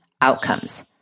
outcomes